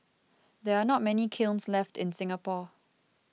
there are not many kilns left in Singapore